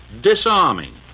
disarming